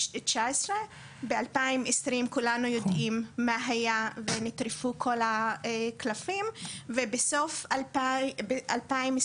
ב-2020 כולנו יודעים מה היה ונטרפו כל הקלפים ובסוף 2021